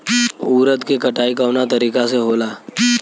उरद के कटाई कवना तरीका से होला?